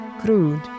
crude